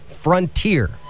Frontier